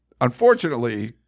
Unfortunately